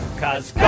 Cause